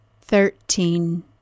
thirteen